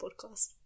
podcast